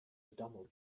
double